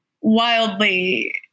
wildly